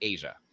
Asia